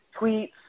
tweets